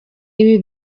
ibi